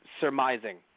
surmising